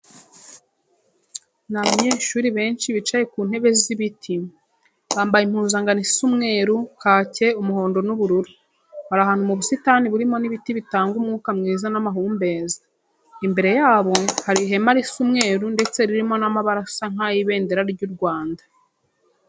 Ni abanyeshuri benshi bicaye ku ntebe z'ibiti, bambaye impuzankano isa umweru, kake, umuhondo n'ubururu. Bari ahantu mu busitani burimo n'ibiti bitanga umwuka mwiza n'amahumbezi. Imbere yabo hari ihema risa umweru ndetse ririho n'amabara asa nk'ay'Ibendera ry'U Rwanda.